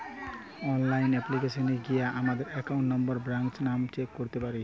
online অ্যাপ্লিকেশানে গিয়া আমাদের একাউন্ট নম্বর, ব্রাঞ্চ নাম চেক করতে পারি